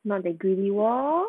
not that greedy hor